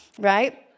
right